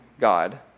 God